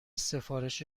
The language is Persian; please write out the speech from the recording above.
سفارش